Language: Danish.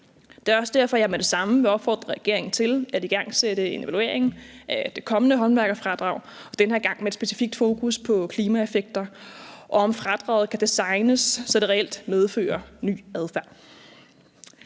Det er også derfor, jeg med det samme vil opfordre regeringen til at igangsætte en evaluering af det kommende håndværkerfradrag, den her gang med et specifikt fokus på klimaeffekter og på, og om fradraget kan designes, så det reelt medfører ny adfærd.